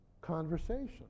conversation